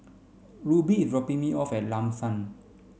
Ruby is dropping me off at Lam San